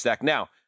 Now